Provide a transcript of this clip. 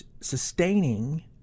sustaining